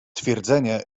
twierdzenie